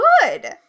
good